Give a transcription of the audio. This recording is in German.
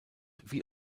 wie